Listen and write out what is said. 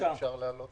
אפשרות להנהלות